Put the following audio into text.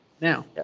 now